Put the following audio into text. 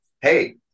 hey